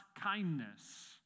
kindness